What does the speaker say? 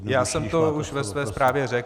Já jsem to už ve své zprávě řekl.